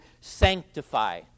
sanctify